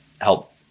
help